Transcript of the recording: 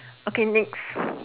okay next